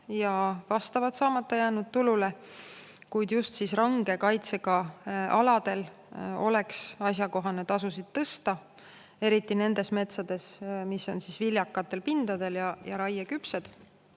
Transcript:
ja vastavad saamata jäänud tulule, kuid just range kaitsega aladel oleks asjakohane tasusid tõsta, eriti nendes metsades, mis on viljakal pinnal ja raieküpsed.